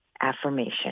affirmation